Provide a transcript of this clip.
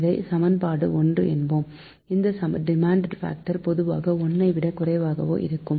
இதை சமன்பாடு 1 என்போம் இந்த டிமாண்ட் பாக்டர் பொதுவாக 1 ஐ விட குறைவாகவே இருக்கும்